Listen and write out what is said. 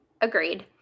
Agreed